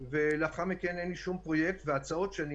לאחר מכן אין לי שום פרויקט וההצעות שאני